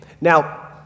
Now